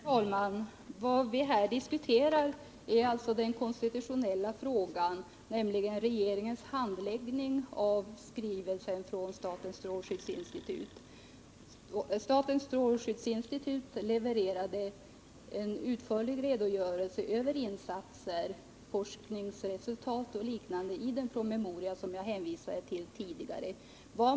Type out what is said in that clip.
Herr talman! Vad vi här diskuterar är alltså den konstitutionella frågan, dvs. regeringens handläggning av skrivelsen från statens strålskyddsinstitut. Statens strålskyddsinstitut levererade en redogörelse för insatser — forskningsresultat och liknande iden promemoria som jag hänvisade till tidigare.